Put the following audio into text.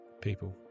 people